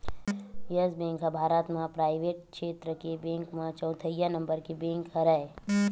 yes Bank ह भारत म private छेत्र के बेंक म चउथइया नंबर के बेंक हरय